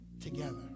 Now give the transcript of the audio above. together